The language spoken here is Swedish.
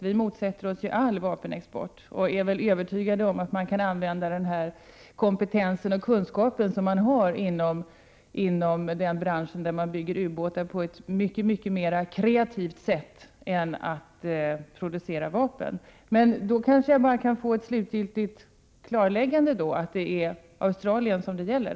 Vi motsätter oss all vapenexport och är övertygade om att den kompetens och kunskap som man har inom ubåtsindustrin kan användas på ett mycket mer kreativt sätt än att producera vapen. Men då kanske jag kan få ett slutgiltigt klarläggande om att det är Australien som det gäller.